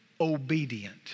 obedient